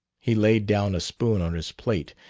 he laid down a spoon on his plate,